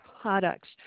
products